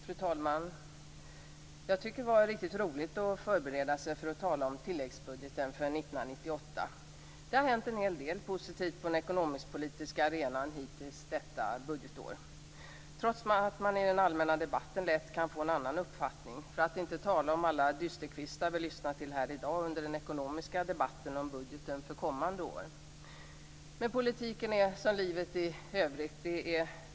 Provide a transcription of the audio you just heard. Fru talman! Jag tycker att det har varit riktigt roligt att förbereda sig inför att tala om tilläggsbudgeten för 1998. Det har hänt en hel del positivt på den ekonomisk-politiska arenan hittills detta budgetår trots att man i den allmänna debatten lätt kan få en annan uppfattning. För att inte tala om alla dysterkvistar vi har lyssnat till här i dag under den ekonomiska debatten om budgeten för kommande år. Politiken är som livet i övrigt.